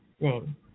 name